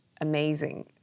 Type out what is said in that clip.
amazing